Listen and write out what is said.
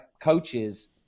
coaches